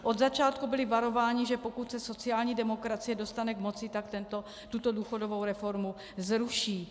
Od začátku byli varováni, že pokud se sociální demokracie dostane k moci, tak tuto důchodovou reformu zruší.